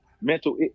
mental